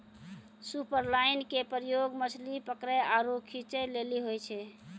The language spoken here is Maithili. सुपरलाइन के प्रयोग मछली पकरै आरु खींचै लेली होय छै